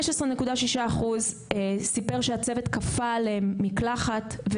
15.6% סיפר שהצוות כפה עליהם מקלחת.